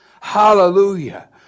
hallelujah